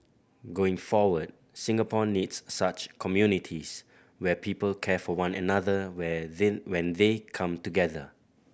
going forward Singapore needs such communities where people care for one another where the when they come together